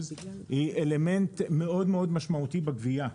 היא אלמנט מאוד מאוד משמעותי בגבייה.